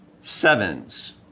sevens